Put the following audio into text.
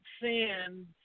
sin